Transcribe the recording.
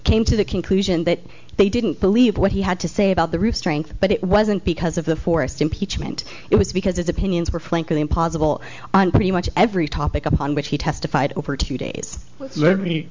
came to the conclusion that they didn't believe what he had to say about the real strength but it wasn't because of the forest impeachment it was because opinions were frankly imposible on pretty much every topic upon which he testified over two days let